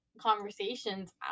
conversations